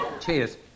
Cheers